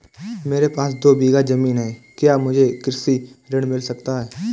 मेरे पास दो बीघा ज़मीन है क्या मुझे कृषि ऋण मिल सकता है?